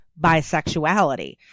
bisexuality